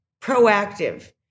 proactive